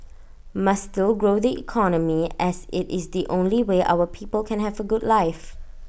must still grow the economy as IT is the only way our people can have A good life